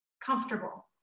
comfortable